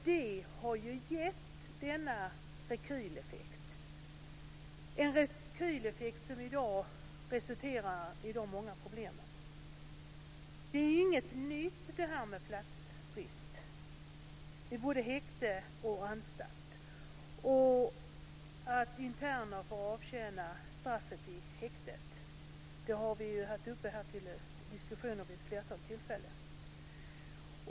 Det har gett denna rekyleffekt, en rekyleffekt som i dag resulterar i de många problemen. Detta med platsbrist på både häkte och anstalt och att interner får avtjäna sina straff i häktet är inget nytt. Det har vi haft uppe till diskussion här vid ett flertal tillfällen.